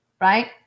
right